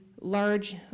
large